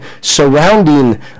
surrounding